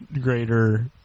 greater